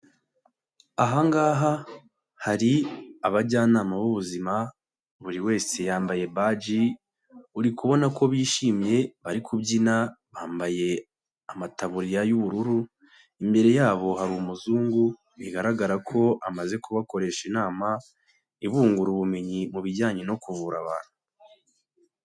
Aha ngaha hari abajyanama b'ubuzima buri wese yambaye baji, uri kubona ko bishimye bari kubyina, bambaye amataburiya y'ubururu, imbere yabo hari umuzungu, bigaragara ko amaze kubakoresha inama, ibungura ubumenyi mu bijyanye no kuvura abantu.